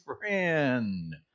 friend